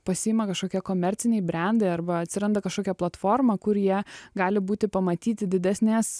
pasiima kažkokie komerciniai brendai arba atsiranda kažkokia platforma kur jie gali būti pamatyti didesnės